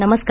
नमस्कार